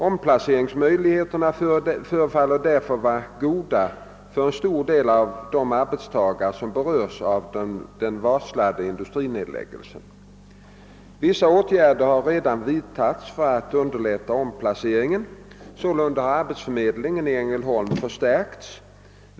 Omplaceringsmöjligheterna förefaller därför vara goda för en stor del av de arbetstagare som berörs av den varslade industrinedläggelsen. Vissa åtgärder har redan vidtagits för att underlätta omplaceringen. Sålunda har arbetsförmedlingen i Ängelholm = förstärkts.